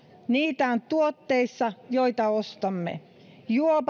niitä on tuotteissa joita ostamme